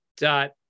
dot